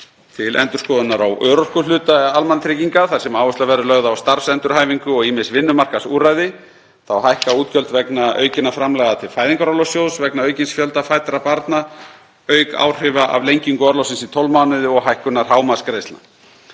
til endurskoðunar á örorkuhluta almannatrygginga þar sem áhersla verður lögð á starfsendurhæfingu og ýmis vinnumarkaðsúrræði. Þá hækka útgjöld vegna aukinna framlaga til Fæðingarorlofssjóðs vegna aukins fjölda fæddra barna auk áhrifa af lengingu orlofsins í tólf mánuði og hækkunar hámarksgreiðslna.